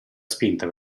spinta